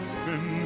sin